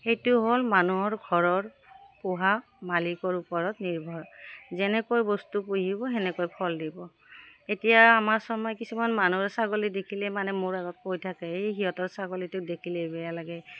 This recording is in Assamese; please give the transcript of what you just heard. সেইটো হ'ল মানুহৰ ঘৰৰ পোহা মালিকৰ ওপৰত নিৰ্ভৰ যেনেকৈ বস্তু পুহিব তেনেকৈ ফল দিব এতিয়া আমাৰ ওচৰ কিছুমান মানুহৰ ছাগলী দেখিলেই মানে মোৰ আগত কৈ থাকে এই সিহঁতৰ ছাগলীটো দেখিলেই বেয়া লাগে